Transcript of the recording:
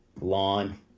lawn